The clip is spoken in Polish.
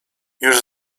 już